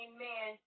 Amen